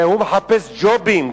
הוא מחפש ג'ובים.